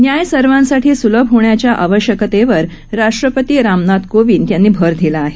न्याय सर्वांसाठी सुलभ होण्याच्या आवश्यकतेवर राष्ट्रपती रामनाथ कोविंद यांनी भर दिला आहे